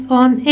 on